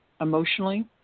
emotionally